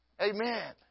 Amen